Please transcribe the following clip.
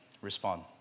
respond